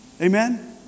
Amen